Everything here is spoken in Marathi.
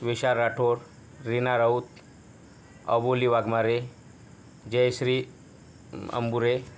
विषा राठोड रीना राऊत अबोली वाघमारे जयश्री अंबुरे